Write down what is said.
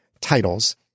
titles